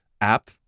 app